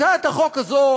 הצעת החוק הזאת,